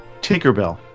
Tinkerbell